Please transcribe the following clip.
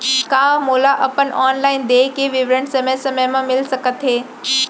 का मोला अपन ऑनलाइन देय के विवरण समय समय म मिलिस सकत हे?